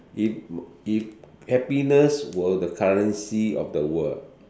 if if happiness were the currency of the world